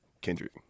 kendrick